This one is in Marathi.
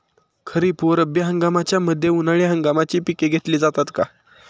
खरीप व रब्बी हंगामाच्या मध्ये उन्हाळी हंगामाची पिके घेतली जातात का?